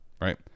right